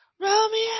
Romeo